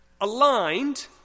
aligned